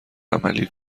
عملی